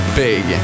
big